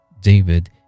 David